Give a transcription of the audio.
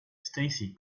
stacey